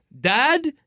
dad